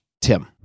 Tim